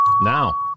now